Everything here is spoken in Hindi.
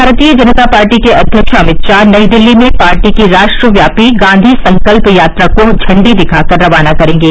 भारतीय जनता पार्टी के अध्यक्ष अमित शाह नई दिल्ली में पार्टी की राष्ट्रव्यापी गांधी संकल्प यात्रा को झण्डी दिखाकर रवाना करेंगे